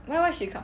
why why she come